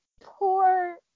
poor